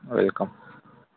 welcome